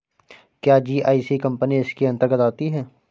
क्या GIC company इसके अन्तर्गत आती है?